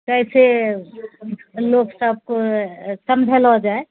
कैसे लोकसबके समझैलो जाइ